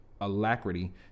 alacrity